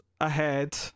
ahead